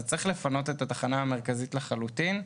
אז צריך לפנות את התחנה המרכזית לחלוטין.